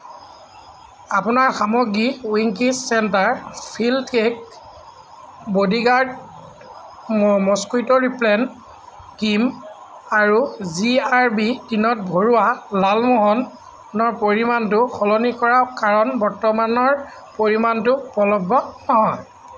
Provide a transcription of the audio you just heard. আপোনাৰ সামগ্ৰী Winkies centre filled cake Bodyguard mosquito repellent cream আৰু জি আৰ বি টিনত ভৰোৱা লালমোহনৰ পৰিমাণটো সলনি কৰক কাৰণ বৰ্তমানৰ পৰিমাণটো উপলব্ধ নহয়